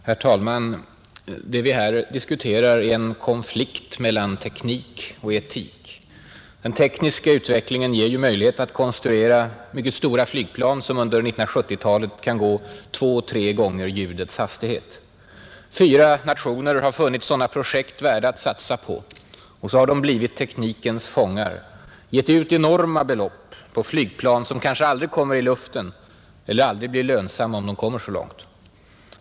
Herr talman! Det vi här diskuterar är en konflikt mellan teknik och etik. Den tekniska utvecklingen ger möjlighet att konstruera mycket stora flygplan, som under 1970-talet kan gå två, tre gånger ljudets hastighet. Fyra nationer har funnit sådana projekt värda att satsa på. Så har de blivit teknikens fångar — gett ut enorma belopp på flygplan som kanske aldrig kommer i luften eller aldrig blir lönsamma, om de kommer så långt.